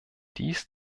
dies